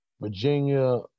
Virginia